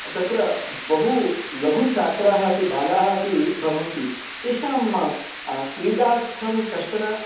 तत्र बहु लघवः छात्राः अपि बालाः अपि भवन्ति तेषां क्रीडार्थं कश्चनः